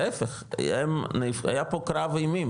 להיפך היה פה קרב אימים,